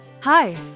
Hi